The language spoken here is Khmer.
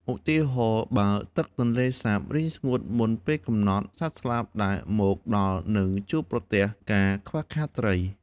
ឧទាហរណ៍ បើទឹកទន្លេសាបរីងស្ងួតមុនពេលកំណត់ សត្វស្លាបដែលមកដល់នឹងជួបប្រទះការខ្វះខាតត្រី។